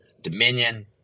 dominion